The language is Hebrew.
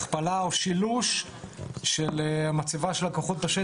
ואני מקווה מאוד שהמהלך הזה יצא לפועל בחצי